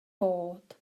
fod